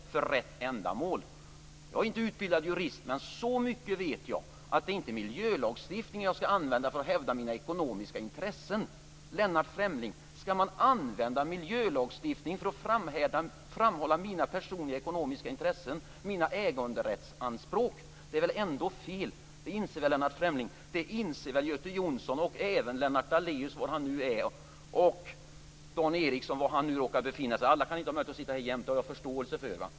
Jag är inte utbildad jurist. Men så mycket vet jag att det inte är miljölagstiftningen jag skall hänvisa till för att hävda mina ekonomiska intressen. Skall jag använda miljölagstiftningen, Lennart Fremling, för att framhålla mina personliga ekonomiska intressen, mina äganderättsanspråk? Det är väl ändå fel? Det inser väl Lennart Fremling? Det inser väl Göte Jonsson och även Lennart Daléus - var han nu är - och Dan Ericsson - var han nu råkar befinna sig? Jag har förståelse för att alla inte har möjlighet att jämt sitta här i kammaren.